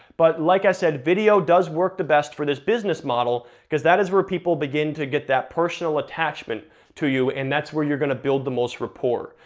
but like i said, video does work the best for this business model, cause that is where people begin to get that personal attachment to you, and that's where you're gonna build the most rapport.